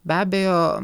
be abejo